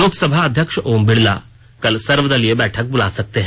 लोकसभा अध्यक्ष ओम बिडला कल सर्वदलीय बैठक बुला सकते हैं